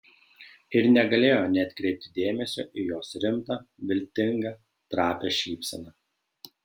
ir negalėjo neatkreipti dėmesio į jos rimtą viltingą trapią šypseną